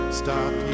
stop